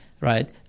right